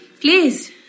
Please